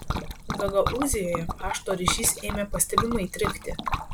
gagaūzijoje pašto ryšys ėmė pastebimai trikti